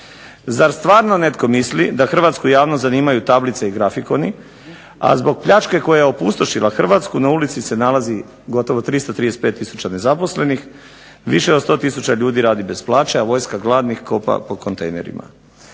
Zar stvarno netko misli da hrvatsku javnost zanimaju tablice i grafikoni, a zbog pljačke koja je opustošila Hrvatsku na ulici se nalazi gotovo 335 tisuća nezaposlenih, više od 100 tisuća ljudi radi bez plaće a vojska gladnih kopa po kontejnerima.